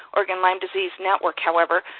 oregon lyme disease network, however,